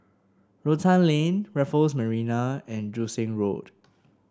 Rotan Lane Raffles Marina and Joo Seng Road